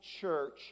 church